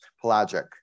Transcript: pelagic